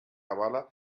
avala